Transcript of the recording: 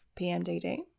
PMDD